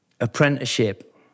apprenticeship